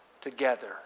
together